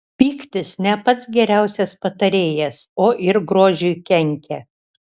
pyktis ne pats geriausias patarėjas o ir grožiui kenkia